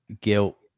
guilt